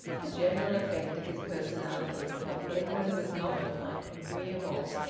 the general effect of his personality upon edwin was not quite agreeable,